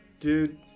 Dude